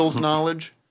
knowledge